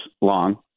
long